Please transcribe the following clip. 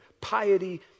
piety